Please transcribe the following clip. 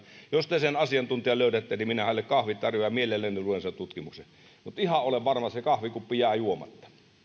jos te sen asiantuntijan löydätte niin minä hänelle kahvit tarjoan ja mielelläni luen sen tutkimuksen mutta ihan olen varma että se kahvikuppi jää juomatta